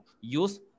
use